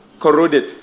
corroded